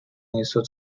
несут